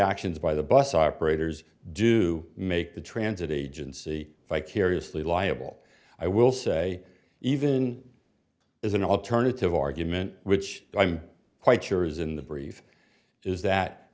actions by the bus operators do make the transit agency vicariously liable i will say even as an alternative argument which i'm quite sure is in the brief is that